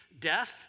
death